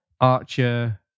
Archer